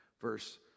Verse